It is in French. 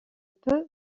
peu